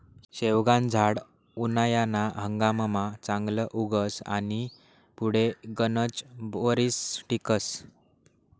शेवगानं झाड उनायाना हंगाममा चांगलं उगस आनी पुढे गनच वरीस टिकस